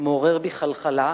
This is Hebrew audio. מעורר בי חלחלה,